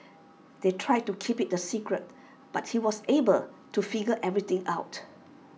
they tried to keep IT A secret but he was able to figure everything out